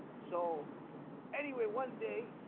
so anyway one day